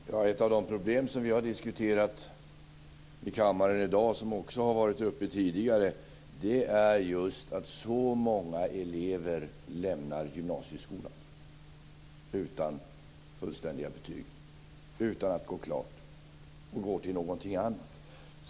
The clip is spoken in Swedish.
Fru talman! Ett av de problem som vi har diskuterat i kammaren i dag som också har varit uppe tidigare är att så många elever lämnar gymnasieskolan utan fullständiga betyg, utan att gå klart, och går till någonting annat.